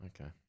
Okay